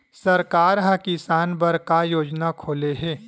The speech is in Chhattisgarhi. सरकार ह किसान बर का योजना खोले हे?